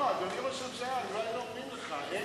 לא, אדוני ראש הממשלה, אז אולי לא אומרים לך: הם